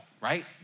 right